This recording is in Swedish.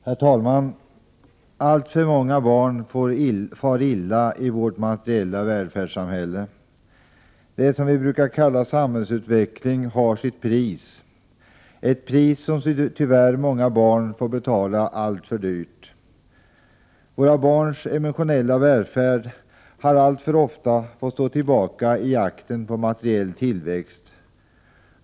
Herr talman! Alltför många barn far illa i vårt materiella välfärdssamhälle. Det som vi brukar kalla samhällsutveckling har sitt pris — ett pris som för många barn tyvärr är alltför högt. Våra barns emotionella välfärd har alltför ofta fått stå tillbaka i jakten på materiell tillväxt.